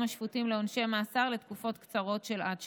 השפוטים לעונשי מאסר לתקופות קצרות של עד שנה.